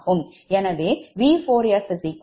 எனவே V4f 0